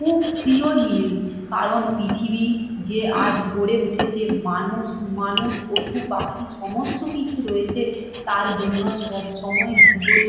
খুব প্রিয় জিনিস কারণ পৃথিবী যে আজ গড়ে উঠেছে মানুষ মানুষ পশু পাখি সমস্ত কিছু রয়েছে তার জন্য সব সময় ভূগোল